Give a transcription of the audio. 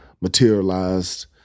materialized